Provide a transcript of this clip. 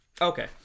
Okay